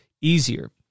easier